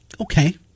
Okay